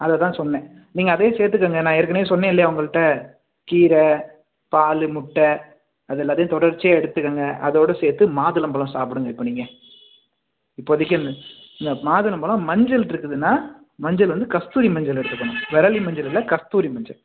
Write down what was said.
அதைதான் சொன்னேன் நீங்கள் அதே சேர்த்துக்கங்க நான் ஏற்கனவே சொன்னேல்லியா உங்ககிட்ட கீரை பால் முட்டை அதெல்லாத்தியும் தொடர்ச்சியாக எடுத்துக்கோங்க அதோடு சேர்த்து மாதுளம்பழம் சாப்பிடுங்க இப்போ நீங்கள் இப்போதைக்கு இந்த மாதுளம்பழம் மஞ்சள்யிருக்குதுன்னா மஞ்சள் வந்து கஸ்தூரி மஞ்சள் எடுத்துக்கணும் வெராளி மஞ்சளில்லை கஸ்தூரி மஞ்சள்